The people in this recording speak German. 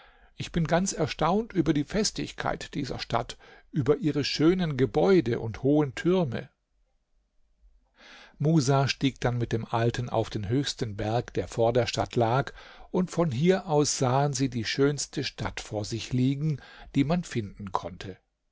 ich bin ganz erstaunt über die festigkeit dieser stadt über ihre schönen gebäude und hohen türme musa stieg dann mit dem alten auf den höchsten berg der vor der stadt lag und von hier aus sahen sie die schönste stadt vor sich liegen die man finden konnte